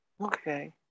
Okay